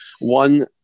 One